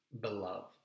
beloved